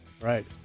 right